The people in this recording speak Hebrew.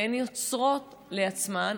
והן יוצרות לעצמן,